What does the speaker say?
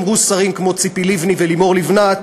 כמו ציפי לבני ולימור לבנת,